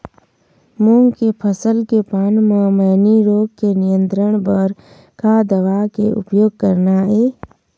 मूंग के फसल के पान म मैनी रोग के नियंत्रण बर का दवा के उपयोग करना ये?